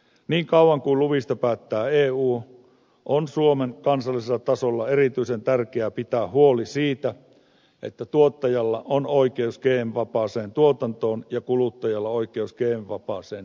niin kauan kuin luvista päättää eu on suomen kansallisella tasolla erityisen tärkeää pitää huoli siitä että tuottajalla on oikeus gm vapaaseen tuotantoon ja kuluttajalla oikeus gm vapaisiin elintarvikkeisiin